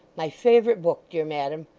my favourite book, dear madam.